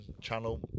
channel